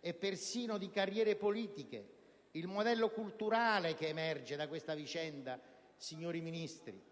e persino di carriere politiche, il modello culturale che emerge da questa vicenda, signori Ministri,